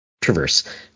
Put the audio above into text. traverse